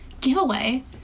Giveaway